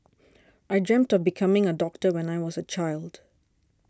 I dreamt of becoming a doctor when I was a child